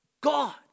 God